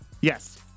Yes